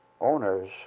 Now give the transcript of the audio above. owners